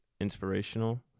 inspirational